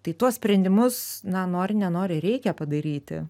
tai tuos sprendimus na nori nenori reikia padaryti